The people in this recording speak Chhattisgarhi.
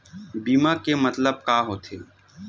बीमा के मतलब का होथे?